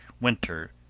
winter